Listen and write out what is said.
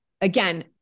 Again